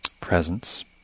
presence